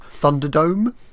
Thunderdome